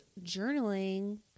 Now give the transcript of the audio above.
journaling